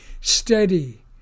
steady